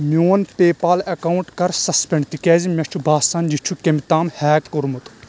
میون PayPal account کر suspend تِکیٛازِ مےٚ چھُ باسان یہِ چھُ کٔمۍ تام ہیک کوٚرمُت